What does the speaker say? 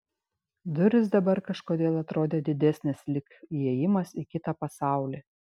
durys dabar kažkodėl atrodė didesnės lyg įėjimas į kitą pasaulį